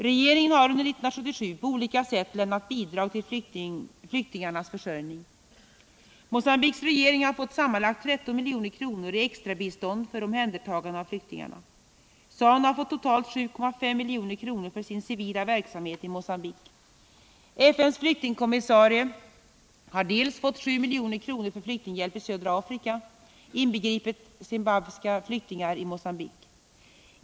Regeringen har under 1977 på olika sätt lämnat bidrag till flyktingarnas försörjning: Mogambiques regering har fått sammanlagt 13 milj.kr. i extrabistånd för ZANU har fått totalt 7,5 milj.kr. för sin civila verksamhet i Mogambique. FN:s flyktingkommissarie har fått 7 milj.kr. för flyktinghjälp i södra Afrika, inbegripet zimbabwiska flyktingar i Mogambique.